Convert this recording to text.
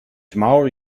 tomorrow